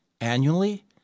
annually